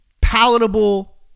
palatable